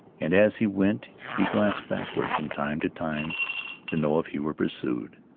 and as he went he glanced backward from time to time to know if he were pursued.